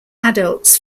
adults